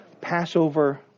Passover